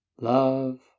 Love